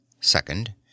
second